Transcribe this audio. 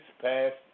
passed